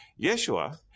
Yeshua